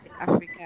Africa